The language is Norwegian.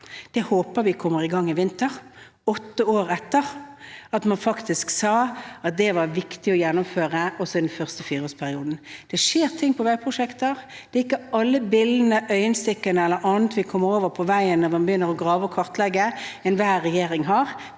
Jeg håper vi kommer i gang i vinter – åtte år etter at man faktisk sa at dette var viktig å gjennomføre, også i den første fireårsperioden. Det skjer ting på veiprosjekter. Det gjelder ikke alle billene, øyenstikkerne eller annet vi kommer over når man begynner å grave og kartlegge ny vei, som enhver regjering har